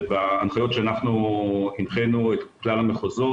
ובהנחיות שהנחינו את כלל המחוזות,